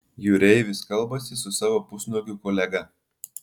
jūreivis kalbasi su savo pusnuogiu kolega